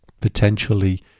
potentially